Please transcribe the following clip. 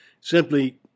Simply